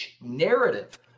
narrative